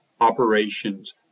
operations